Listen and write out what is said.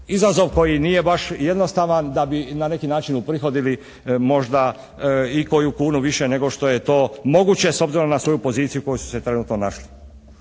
izazov koji nije baš jednostavan da bi na neki način uprihodili možda i koju kunu više nego što je to moguće s obzirom na svoju poziciju u kojoj su se trenutno našli.